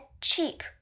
cheap